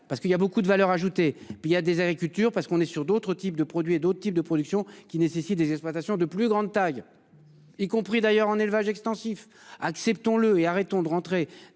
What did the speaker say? parce qu'il y a beaucoup de valeur ajoutée. Puis il y a des agricultures parce qu'on est sur d'autres types de produits et d'autres types de production qui nécessitent des exploitations de plus grande taille. Y compris d'ailleurs en élevage extensif, acceptons-le et arrêtons de rentrer